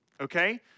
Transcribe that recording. okay